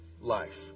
life